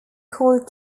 called